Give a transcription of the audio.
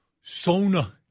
Sona